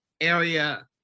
area